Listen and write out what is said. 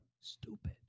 Stupid